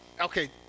okay